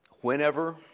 whenever